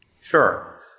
Sure